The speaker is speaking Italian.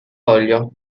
olio